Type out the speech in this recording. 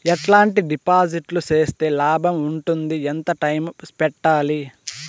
ఎట్లాంటి డిపాజిట్లు సేస్తే లాభం ఉంటుంది? ఎంత టైము పెట్టాలి?